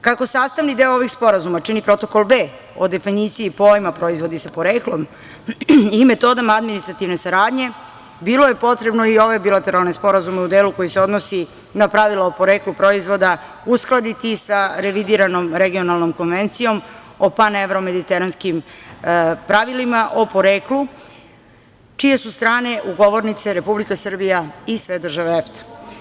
Kako sastavni deo ovih sporazuma čini protokol B o definiciji pojma proizvodi sa poreklom i metodom administrativne saradnje bilo je potrebno i ove bilateralne sporazume u delu koji se odnosi na pravila o poreklu proizvoda uskladiti sa Revidiranom regionalnom konvencijom o pan-evro-mediteranskim pravilima o poreklu čije su strane ugovornice Republika Srbija i sve države EFTA.